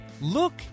look